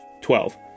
Twelve